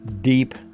deep